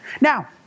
Now